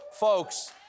Folks